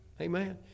Amen